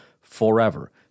forever